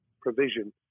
provision